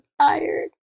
tired